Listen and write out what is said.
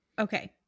Okay